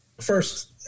first